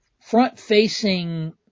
front-facing